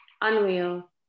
unreal